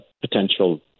potential